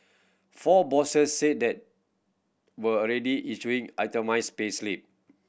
four bosses said that were already issuing itemised payslip